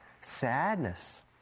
Sadness